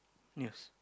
yes